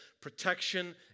protection